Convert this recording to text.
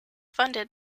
funded